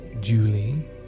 Julie